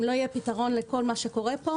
אם לא יהיה פתרון לכל מה שקורה פה